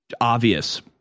obvious